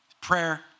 prayer